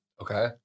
Okay